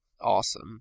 awesome